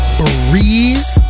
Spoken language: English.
breeze